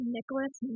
Nicholas